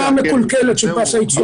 תוצאה מקולקלת של פס הייצור.